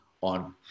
on